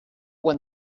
when